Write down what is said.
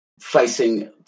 Facing